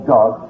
God